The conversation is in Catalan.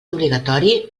obligatori